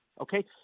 Okay